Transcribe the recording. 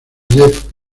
jeff